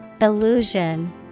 Illusion